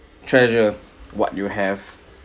treasure what you have